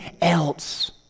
else